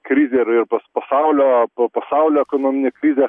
krizė ir ir pa pasaulio pa pasaulio ekonominė krizė